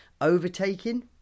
overtaking